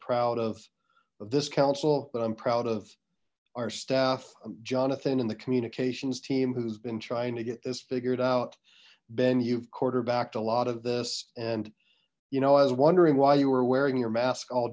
proud of this counsel that i'm proud of our staff jonathan and the communications team who's been trying to get this figured out ben you've quarterbacked a lot of this and you know i was wondering why you were wearing your mask all